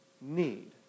need